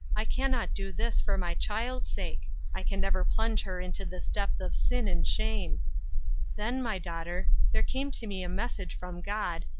i can not do this, for my child's sake i can never plunge her into this depth of sin and shame then, my daughter, there came to me a message from god,